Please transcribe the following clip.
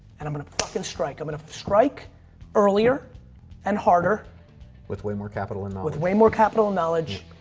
and i'm going to fucking strike, i'm going to strike earlier and harder with way more capital and with way more capital knowledge.